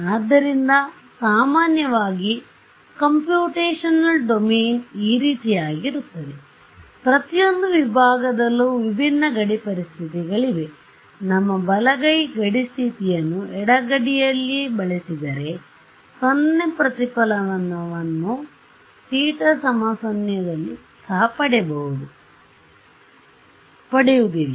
ಆದ್ದರಿಂದ ಸಾಮಾನ್ಯವಾಗಿ computational domain ಈ ರೀತಿಯಾಗಿರುತ್ತದೆ ಈ ಪ್ರತಿಯೊಂದು ವಿಭಾಗದಲ್ಲೂ ವಿಭಿನ್ನ ಗಡಿ ಪರಿಸ್ಥಿತಿಗಳಿವೆ ನಮ್ಮ ಬಲಗೈ ಗಡಿ ಸ್ಥಿತಿಯನ್ನು ಎಡ ಗಡಿಯಲ್ಲಿ ಬಳಸಿದರೆ 0 ಪ್ರತಿಫಲನವನ್ನು θ ೦ ದಲ್ಲಿ ಸಹ ಪಡೆಯುವುದಿಲ್ಲ